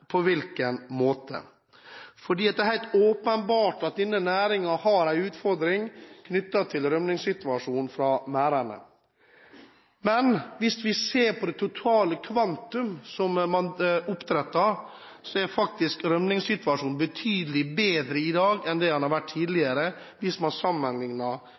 på hvilken måte? Det er helt åpenbart at denne næringen har en utfordring med rømning fra merdene. Men hvis vi ser på det totale kvantum fisk som man oppdretter, er rømningssituasjonen betydelig bedre i dag enn den har vært tidligere – hvis man